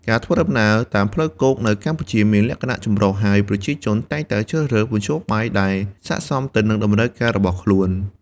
ការធ្វើដំណើរតាមផ្លូវគោកនៅកម្ពុជាមានលក្ខណៈចម្រុះ ហើយប្រជាជនតែងតែជ្រើសរើសមធ្យោបាយដែលស័ក្តិសមទៅនឹងតម្រូវការរបស់ខ្លួន។